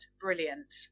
brilliant